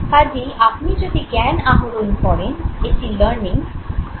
কাজেই আপনি যদি জ্ঞান আহরণ করেন এটি "লার্নিং"